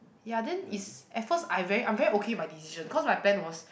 ya then is at first I very I'm very okay my decision cause my plan was